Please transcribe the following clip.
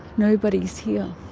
nobody's here.